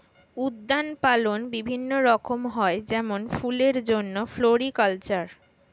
উদ্যান পালন বিভিন্ন রকম হয় যেমন ফুলের জন্যে ফ্লোরিকালচার